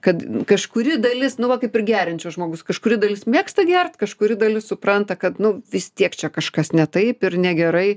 kad kažkuri dalis nu va kaip ir geriančio žmogaus kažkuri dalis mėgsta gert kažkuri dalis supranta kad nu vis tiek čia kažkas ne taip ir negerai